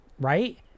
right